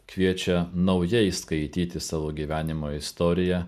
kviečia naujai skaityti savo gyvenimo istoriją